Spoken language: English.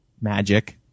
magic